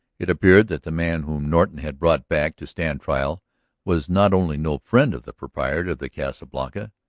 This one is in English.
it appeared that the man whom norton had brought back to stand trial was not only no friend of the proprietor of the casa blanca,